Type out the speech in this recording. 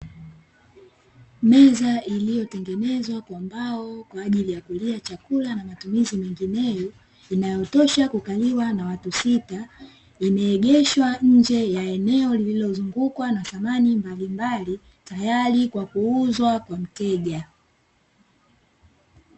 Meza iliyotengenezwa kwa mbao, kwa ajili ya kulia chakula na matumizi mengineyo, inayotosha kukaliwa na watu sita, imeegeshwa nje ya eneo lililozungukwa na samani mbalimbali, tayari kwa kuuzwa kwa mteja.